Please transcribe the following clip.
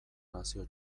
nazio